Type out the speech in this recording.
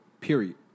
Period